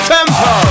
Tempo